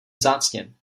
vzácně